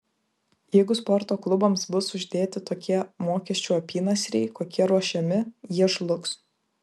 jeigu sporto klubams bus uždėti tokie mokesčių apynasriai kokie ruošiami jie žlugs